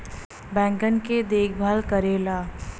बैंकन के देखभाल करेला